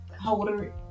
holder